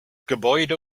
gebäude